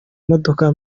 modoka